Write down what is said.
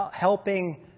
helping